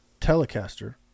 Telecaster